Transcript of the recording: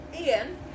Ian